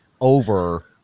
over